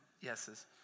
yeses